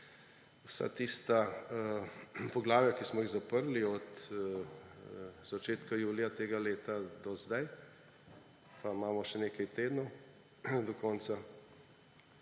vsa tista poglavja, ki smo jih zaprli od začetka julija tega leta do zdaj, pa imamo še nekaj tednov do konca,